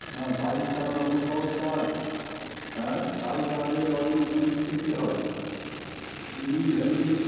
হ্যাঁ বাইক চালানো অত সহজ কাজ হ্যাঁ বাইক চালাতে গেলে অনেক নিয়ম শিখতে হয় হেলমেট